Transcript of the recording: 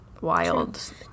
wild